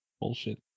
bullshit